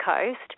Coast